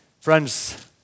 friends